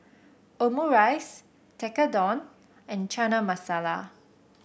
Omurice Tekkadon and Chana Masala